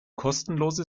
kostenlose